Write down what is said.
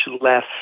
less